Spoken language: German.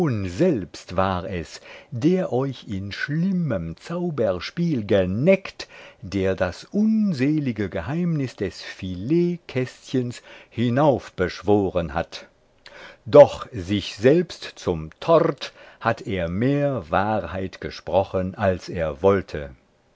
selbst war es der euch in schlimmem zauberspiel geneckt der das unselige geheimnis des filetkästchens hinaufbeschworen hat doch sich selbst zum tort hat er mehr wahrheit gesprochen als er wollte